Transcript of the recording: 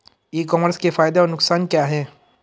ई commerce के फायदे और नुकसान क्या हैं?